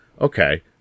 okay